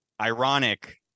ironic